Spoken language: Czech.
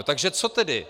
Takže co tedy?